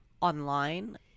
online